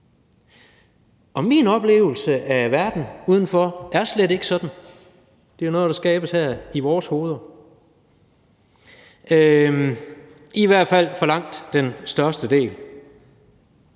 Min oplevelse af verden udenfor er slet ikke sådan. Det er noget, der skabes her i vores hoveder, i hvert fald for langt den største del.